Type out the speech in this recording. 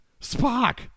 Spock